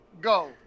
go